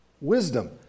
wisdom